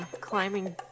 climbing